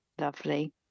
Lovely